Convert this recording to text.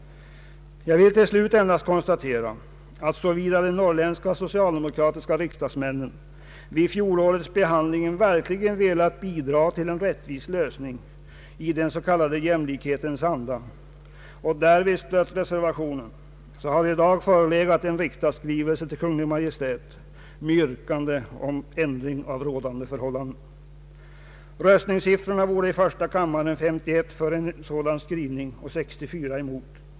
Jag vill till slut endast konstatera, att såvida de norrländska socialdemokratiska riksdagsmännen vid fjolårets behandling verkligen velat bidra till en rättvis lösning i den s.k. jämlikhetens anda och därvid stött reservationen, så hade det i dag förelegat en riksdagsskrivelse till Kungl. Maj:t med yrkande om ändring av rådande förhållanden. Röstningssiffrorna var i första kammaren 51 för en sådan skrivning och 64 emot.